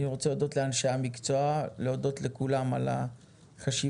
אני רוצה להודות לאנשי המקצוע ולכולם על החשיבה